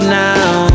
now